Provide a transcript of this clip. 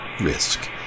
risk